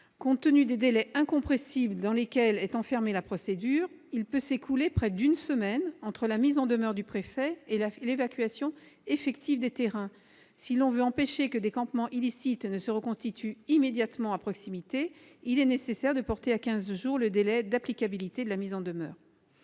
Compte tenu des délais incompressibles dans lesquels est enfermée la procédure, il peut s'écouler près d'une semaine entre la mise en demeure du préfet et l'évacuation effective des terrains. Si l'on veut empêcher que des campements illicites ne se reconstituent immédiatement à proximité, il est nécessaire de porter à quinze jours le délai d'applicabilité de la mise en demeure.